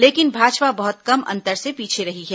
लेकिन भाजपा बहुत कम अंतर से पीछे रही है